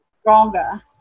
stronger